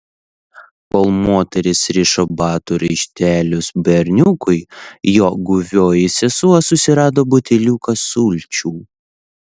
kol moteris rišo batų raištelius berniukui jo guvioji sesuo susirado buteliuką sulčių